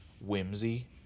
whimsy